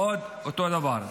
אותו דבר.